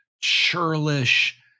churlish